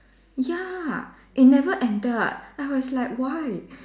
ya it never ended I was like why